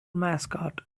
mascot